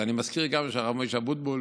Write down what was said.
אז אני מזכיר שהרב משה אבוטבול